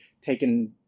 taken